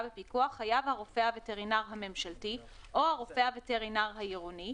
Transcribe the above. בפיקוח חייב הרופא הווטרינר הממשלתי או הרופא הווטרינר העירוני,